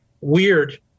weird